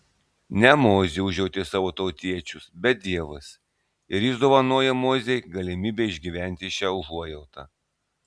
ne mozė užjautė savo tautiečius bet dievas ir jis dovanoja mozei galimybę išgyventi šią užuojautą